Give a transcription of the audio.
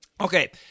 Okay